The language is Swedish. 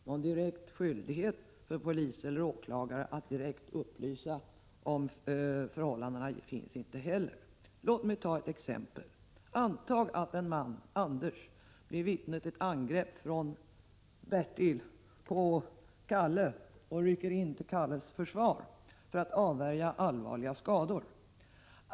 Någon direkt skyldighet för polis eller åklagare att direkt upplysa om förhållandena finns inte heller. Låt mig ta ett exempel. Anta att Anders blir vittne till ett angrepp från Bertil på Kalle och rycker in till Kalles försvar för att avvärja allvarliga skador.